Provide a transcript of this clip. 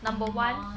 number one